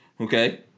Okay